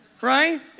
Right